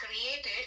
created